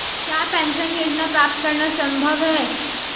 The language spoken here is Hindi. क्या पेंशन योजना प्राप्त करना संभव है?